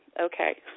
okay